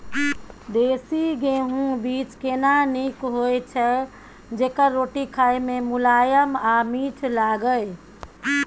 देसी गेहूँ बीज केना नीक होय छै जेकर रोटी खाय मे मुलायम आ मीठ लागय?